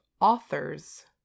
authors